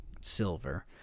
silver